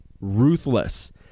ruthless